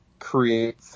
Create